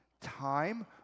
time